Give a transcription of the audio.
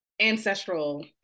ancestral